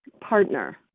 partner